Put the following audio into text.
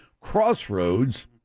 crossroads